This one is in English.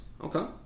Okay